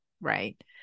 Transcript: right